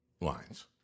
lines